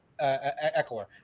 Eckler